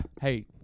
Hey